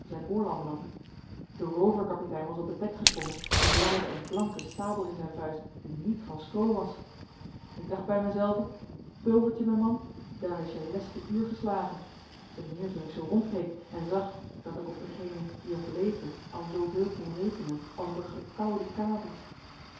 nam de rooverkapitein was op het dek gesprongen en zwaaide een blanke sabel in zijn vuist die niet van stroo was ik dacht bij mijzelven pulvertje mijn man daar is je leste uur geslagen te meer toen ik zoo rondkeek en zag dat ik op degenen die nog leefden al zooveel kon rekenen als op een gekauwden kabel